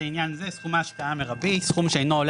"סכום ההשקעה המרבי" סכום שאינו עולה